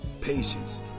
Patience